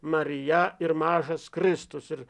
marija ir mažas kristus ir